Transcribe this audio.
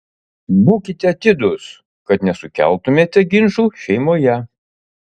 būkite atidūs kad nesukeltumėte ginčų šeimoje